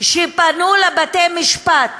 שפנו לבתי-משפט,